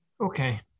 Okay